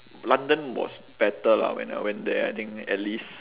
london was better lah when I went there I think at least